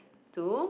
to